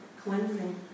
Cleansing